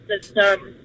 system